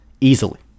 easily